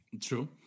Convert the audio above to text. True